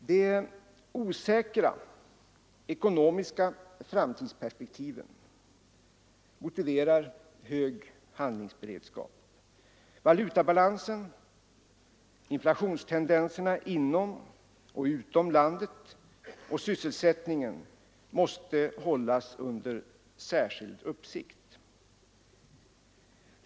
De osäkra ekonomiska framtidsperspektiven motiverar hög handlingsberedskap. Valutabalansen, inflationstendenserna inom och utom landet och sysselsättningen måste hållas under särskild uppsikt.